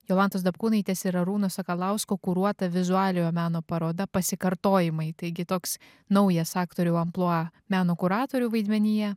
jolantos dapkūnaitės ir arūno sakalausko kuruota vizualiojo meno paroda pasikartojimai taigi toks naujas aktorių amplua meno kuratorių vaidmenyje